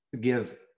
give